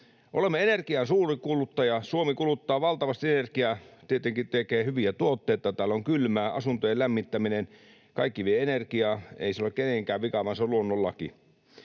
Olemme energian suurkuluttaja, Suomi kuluttaa valtavasti energiaa — tietenkin tekee hyviä tuotteita, täällä on kylmää, asuntojen lämmittäminen ja kaikki vie energiaa. Ei se ole kenenkään vika, vaan se on luonnonlaki.